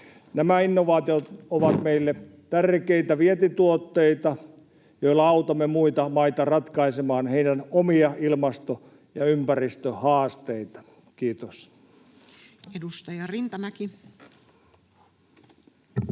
Nämä innovaatiot ovat meille tärkeitä vientituotteita, joilla autamme muita maita ratkaisemaan heidän omia ilmasto- ja ympäristöhaasteitaan. — Kiitos. Edustaja Rintamäki.